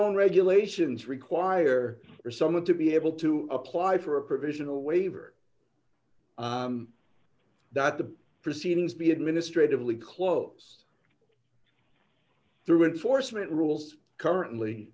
own regulations require someone to be able to apply for a provisional waiver that the proceedings be administratively close through enforcement rules currently